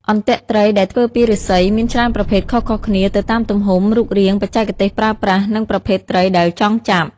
អន្ទាក់ត្រីដែលធ្វើពីឫស្សីមានច្រើនប្រភេទខុសៗគ្នាទៅតាមទំហំ រូបរាង បច្ចេកទេសប្រើប្រាស់ និងប្រភេទត្រីដែលចង់ចាប់។